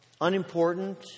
unimportant